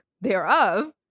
thereof